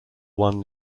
won